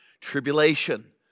tribulation